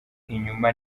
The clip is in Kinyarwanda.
inyuma